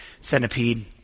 Centipede